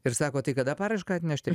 ir sako tai kada paraišką atnešti